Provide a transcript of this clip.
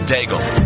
Daigle